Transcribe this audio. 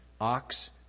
ox